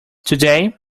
today